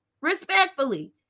Respectfully